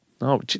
No